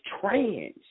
trans